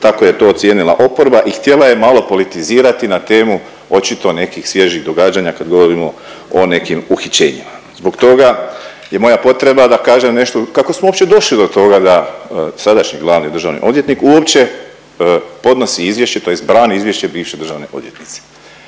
Tako je to ocijenila oporba i htjela je malo politizirati na temu očito nekih svježih događanja kad govorimo o nekim uhićenjima. Zbog toga je moja potreba da kažem nešto kako smo uopće došli do toga da sadašnji glavni državni odvjetnik uopće podnosi izvješće tj. brani izvješće bivše glavne državne odvjetnice.